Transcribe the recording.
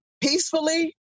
peacefully